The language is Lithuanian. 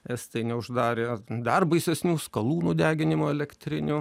estai neuždarė dar baisesnių skalūnų deginimo elektrinių